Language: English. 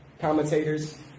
commentators